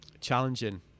challenging